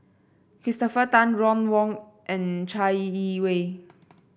Christopher Tan Ron Wong and Chai Yee Wei